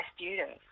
students